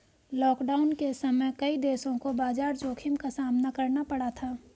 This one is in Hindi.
लॉकडाउन के समय कई देशों को बाजार जोखिम का सामना करना पड़ा था